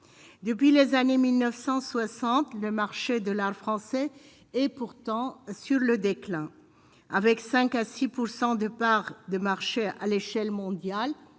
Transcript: depuis les années 1960 le marché de l'art français et pourtant sur le déclin avec 5 à 6 pourcent de parts de marché à l'échelle mondiale